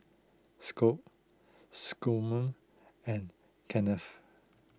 Scot Scomer and Kennth